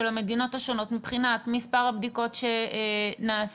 המדינות השונות מבחינת מספר הבדיקות שנעשו,